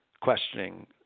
questioning